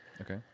Okay